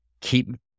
keep